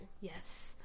yes